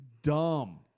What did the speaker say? dumb